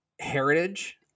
heritage